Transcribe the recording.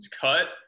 cut